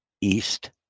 east